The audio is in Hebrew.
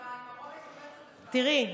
תראי,